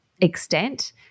extent –